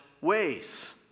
ways